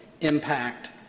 impact